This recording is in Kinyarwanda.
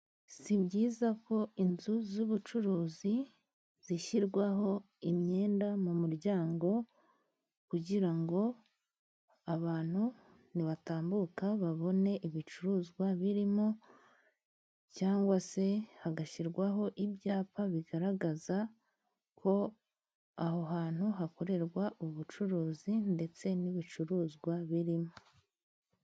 Si byiza ko inzu z'ubucuruzi zishyirwaho imyenda mu muryango kugira ngo abantu nibatambuka babone ibicuruzwa birimo cyangwa se hagashyirwaho ibyapa bigaragaza ko aho hantu hakorerwa ubucuruzi ndetse n'ibicuruzwa birimo.